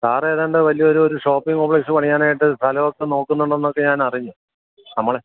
sir ഏതാണ്ട് വലിയൊരു ഒരു ഷോപ്പിംഗ് കോംപ്ലക്സ് പണിയാനായിട്ട് സ്ഥലമൊക്കെ നോക്കുന്നുണ്ടെന്നൊക്കെ ഞാൻ അറിഞ്ഞു നമ്മൾ